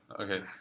Okay